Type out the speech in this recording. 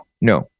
No